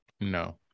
no